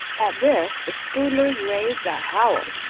at this the scoodlers raised a howl.